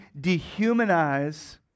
dehumanize